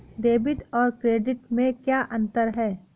Debit और credit में क्या अंतर है?